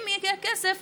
אם יהיה כסף,